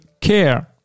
care